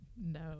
no